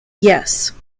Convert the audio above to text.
yes